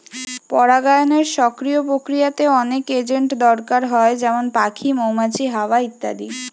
পরাগায়নের সক্রিয় প্রক্রিয়াতে অনেক এজেন্ট দরকার হয় যেমন পাখি, মৌমাছি, হাওয়া ইত্যাদি